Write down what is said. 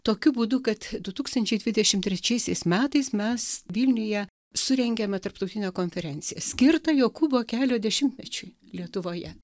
tokiu būdu kad du tūkstančiai dvidešim trečiaisiais metais mes vilniuje surengėme tarptautinę konferenciją skirtą jokūbo kelio dešimtmečiui lietuvoje